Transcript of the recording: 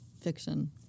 fiction